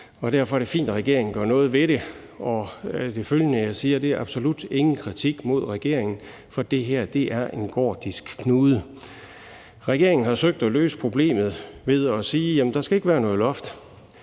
derfor er det fint, at regeringen gør noget ved det, og det følgende, jeg siger, er absolut ingen kritik af regeringen, for det her er en gordisk knude. Regeringen har søgt at løse problemet ved at sige, at der ikke skal være noget loft.